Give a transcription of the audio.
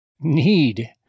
need